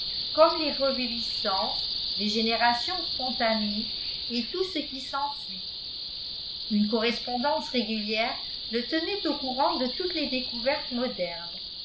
comme les reviviscences les générations spontanées et tout ce qui s'ensuit une correspondance régulière le tenait au courant de toutes les découvertes modernes